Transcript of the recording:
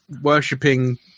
worshipping